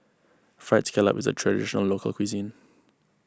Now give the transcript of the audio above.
Fried Scallop is a Traditional Local Cuisine